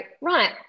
right